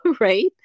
right